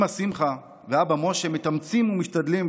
אימא שמחה ואבא משה מתאמצים ומשתדלים,